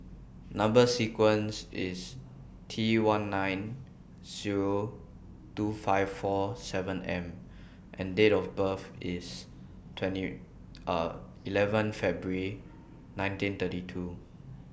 Number sequence IS T one nine Zero two five four seven M and Date of birth IS twenty eleven February nineteen thirty two